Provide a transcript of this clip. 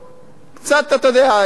ולבוא אחר כך,